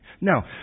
now